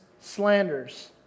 slanders